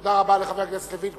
תודה רבה לחבר הכנסת לוין.